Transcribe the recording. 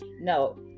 no